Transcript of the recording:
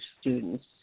students